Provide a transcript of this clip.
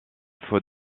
faut